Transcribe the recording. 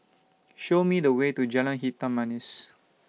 Show Me The Way to Jalan Hitam Manis